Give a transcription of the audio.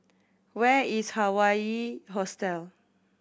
where is Hawaii Hostel